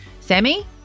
Sammy